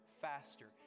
faster